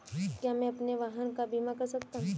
क्या मैं अपने वाहन का बीमा कर सकता हूँ?